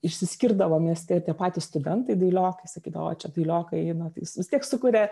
išsiskirdavo mieste tie patys studentai dailiokai sakydavo o čia dailiokai eina tai vis tiek sukuria